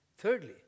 Thirdly